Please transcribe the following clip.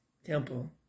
temple